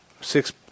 six